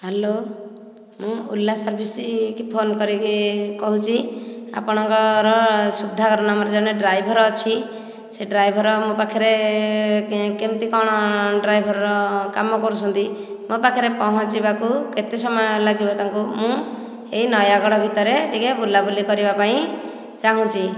hello ମୁଁ Ola service କି phone କରିକି କହୁଛି ଆପଣଙ୍କର ସୁଦ୍ଧାକର ନାମର ଜଣେ ଡ୍ରାଇଭର ଅଛି ସେ ଡ୍ରାଇଭର ମୋ ପାଖରେ କେମିତି କ'ଣ ଡ୍ରାଇଭରର କାମ କରୁଛନ୍ତି ମୋ ପାଖରେ ପହଁଞ୍ଚିବାକୁ କେତେ ସମୟ ଲାଗିବ ତାଙ୍କୁ ମୁଁ ଏହି ନୟାଗଡ଼ ଭିତରେ ଟିକେ ବୁଲା ବୁଲି କରିବା ପାଇଁ ଚାହୁଁଛି